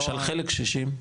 למשל חלק קשישים.